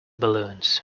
balloons